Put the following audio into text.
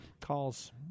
calls